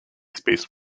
space